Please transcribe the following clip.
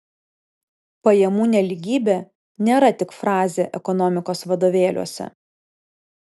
pajamų nelygybė nėra tik frazė ekonomikos vadovėliuose